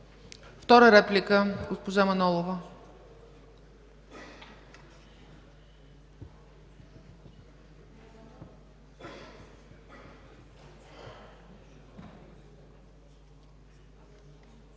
Втора реплика – госпожа Манолова.